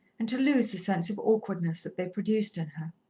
and to lose the sense of awkwardness that they produced in her.